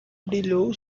brilhou